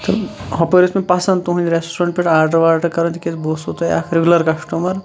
تہٕ ہُپٲرۍ ٲسۍ مےٚ پَسَنٛد تُہِنٛدۍ ریٚسٹورنٹ پیٚٹھ آرڈَر واڈَر کَرُن تکیازِ بہٕ اوسو تۄہہِ اکھ رِگیوٗلَر کَسٹَمَر